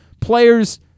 players